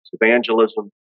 Evangelism